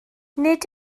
nid